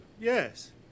yes